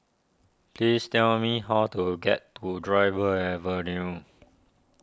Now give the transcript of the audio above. please tell me how to get to Dryburgh Avenue